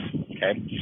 Okay